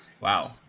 Wow